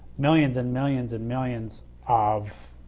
millions and millions and millions of